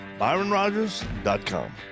ByronRogers.com